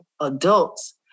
adults